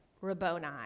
Rabboni